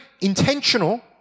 intentional